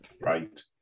right